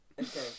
Okay